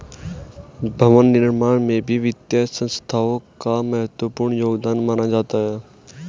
भवन निर्माण में भी वित्तीय संस्थाओं का महत्वपूर्ण योगदान माना जाता है